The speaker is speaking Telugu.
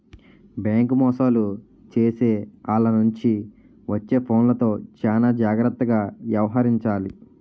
బేంకు మోసాలు చేసే ఆల్ల నుంచి వచ్చే ఫోన్లతో చానా జాగర్తగా యవహరించాలి